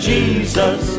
Jesus